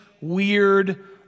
weird